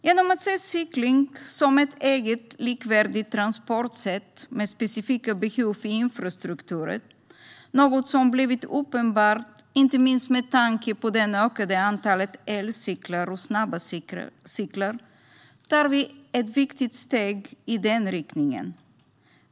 Genom att se cykling som ett eget, likvärdigt transportsätt med specifika behov i infrastrukturen - något som blivit uppenbart inte minst med tanke på det ökade antalet elcyklar och snabba cyklar - tar vi ett viktigt steg i den riktningen.